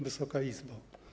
Wysoka Izbo!